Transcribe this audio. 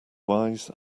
wise